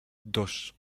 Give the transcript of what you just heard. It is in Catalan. dos